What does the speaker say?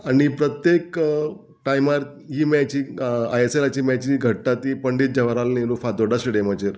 आनी प्रत्येक टायमार ही मॅचीक आय एस एलाची मॅची घडटा ती पंडीत जवाहरलाल नेहरू फातोडा स्टेडियमाचेर